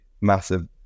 massive